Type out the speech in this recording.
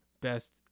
best